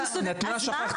יש --- אז מה?